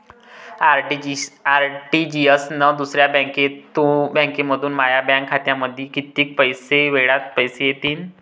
RTGS न दुसऱ्या बँकेमंधून माया बँक खात्यामंधी कितीक वेळातं पैसे येतीनं?